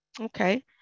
Okay